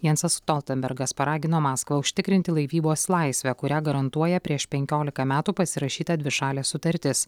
jansas stoltenbergas paragino maskvą užtikrinti laivybos laisvę kurią garantuoja prieš penkiolika metų pasirašyta dvišalė sutartis